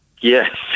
Yes